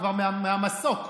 מהמסוק,